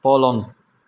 पलङ